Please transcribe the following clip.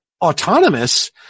autonomous